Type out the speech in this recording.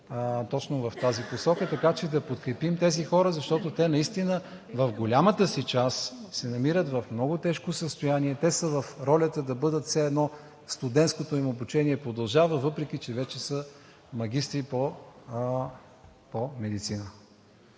точно в тази посока, така че да подкрепим тези хора, защото те наистина в голямата си част се намират в много тежко състояние. Те са в ролята да бъдат все едно студентското им обучение продължава, въпреки че вече са магистри по медицина.